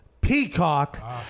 Peacock